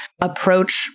approach